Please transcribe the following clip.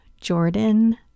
Jordan